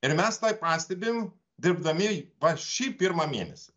ir mes tą pastebim dirbdami va šį pirmą mėnesį